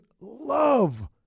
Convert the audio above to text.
love